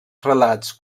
relats